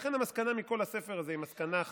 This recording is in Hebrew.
לכן המסקנה מכל הספר הזה היא מסקנה אחת,